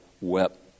wept